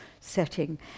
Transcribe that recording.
setting